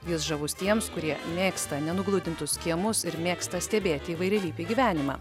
jis žavus tiems kurie mėgsta nenugludintos kiemus ir mėgsta stebėti įvairialypį gyvenimą